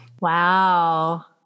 Wow